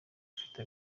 ufite